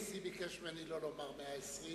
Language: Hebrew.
הנשיא ביקש ממני לא לומר מאה-ועשרים,